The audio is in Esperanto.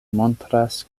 montras